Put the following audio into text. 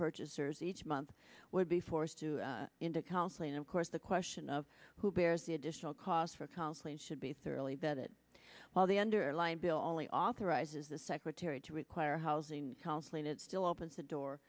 purchasers each month would be forced into counseling and of course the question of who bears the additional cost for counseling should be thoroughly vetted while the underlying bill only authorizes the secretary to require housing counseling it still opens the door